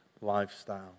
lifestyle